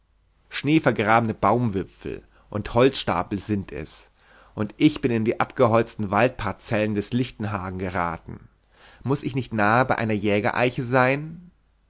schneevergrabene baumwipfel und holzstapel sind es und ich bin in die abgeholzten waldparzellen des lichtenhagen geraten muß ich nicht nahe bei der jägereiche sein